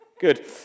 Good